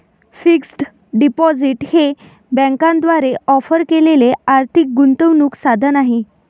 fixed deposit हे बँकांद्वारे offer केलेले आर्थिक गुंतवणूक साधन आहे